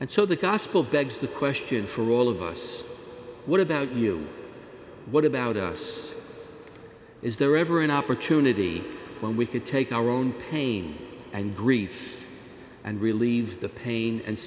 and so the gospel begs the question for all of us what about you what about us is there ever an opportunity when we could take our own pain and grief and relieve the pain and